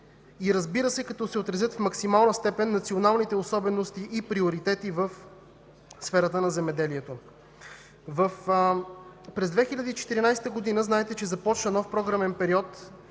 и, разбира се, като се отразят в максимална степен националните особености и приоритети в сферата на земеделието. Знаете, че през 2014 г. започна нов програмен период